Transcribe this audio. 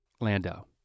Lando